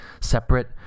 separate